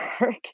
work